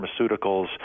pharmaceuticals